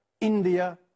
India